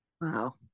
Wow